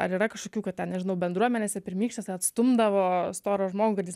ar yra kažkokių kad ten nežinau bendruomenėse pirmykštėse atstumdavo storą žmogų kad jis